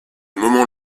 moment